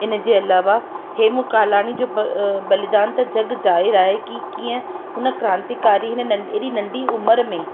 इन जे अलावा हेमू कालानी जो बलिदान त जग ज़ाहिर आहे की कीअं हुन क्रांतिकारी हिन नंढी अहिड़ी नंढी उमिरि में